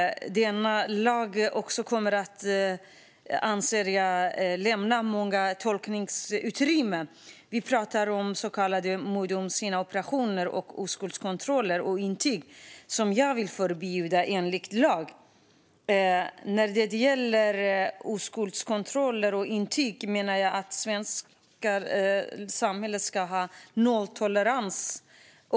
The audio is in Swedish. Men jag anser att denna lag kommer att lämna ett stort tolkningsutrymme. Det handlar om så kallade mödomshinneoperationer, oskuldskontroller och intyg som jag vill ska förbjudas enligt lag. När det gäller oskuldskontroller och oskuldsintyg menar jag att det svenska samhället ska ha nolltolerans.